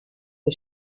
que